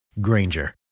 Granger